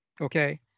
okay